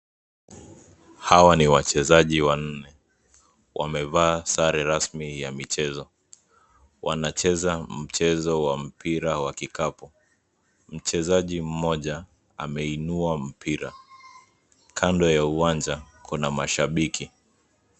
Hawa ni wachezaji wanne, wamevaa sare rasmi ya michezo, wanacheza mchezo wa mpira wa kikapu. Mchezaji mmoja ameinua mpira. Kando ya uwanja kuna mashambiki.